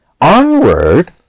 Onward